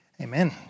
Amen